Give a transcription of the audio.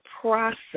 process